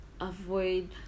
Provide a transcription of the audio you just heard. avoid